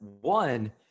one